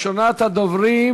שמספריהן